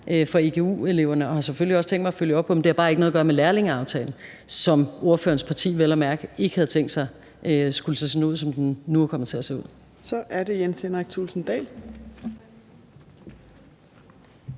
for egu-eleverne, og jeg har selvfølgelig også tænkt mig at følge op på dem. Det har bare ikke noget at gøre med lærlingeaftalen, som ordførerens parti vel at mærke ikke havde tænkt sig skulle se sådan ud, som den nu er kommet til at se ud. Kl. 15:16 Fjerde næstformand